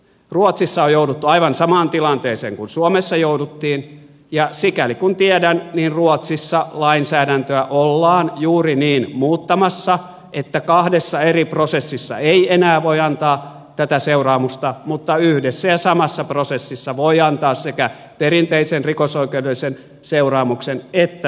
ruotsissa on jouduttu aivan samaan tilanteeseen kuin suomessa jouduttiin ja sikäli kuin tiedän niin ruotsissa lainsäädäntöä ollaan juuri niin muuttamassa että kahdessa eri prosessissa ei enää voi antaa tätä seuraamusta mutta yhdessä ja samassa prosessissa voi antaa sekä perinteisen rikosoikeudellisen seuraamuksen että veronkorotuksen